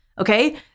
Okay